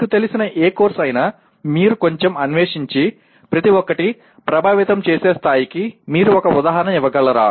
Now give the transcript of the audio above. మీకు తెలిసిన ఏ కోర్సు అయినా మీరు కొంచెం అన్వేషించి ప్రతి ఒక్కటి ప్రభావితం చేసే స్థాయికి మీరు ఒక ఉదాహరణ ఇవ్వగలరా